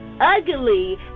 ugly